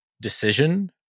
decision